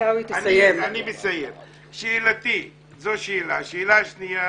שאלה שנייה